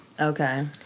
Okay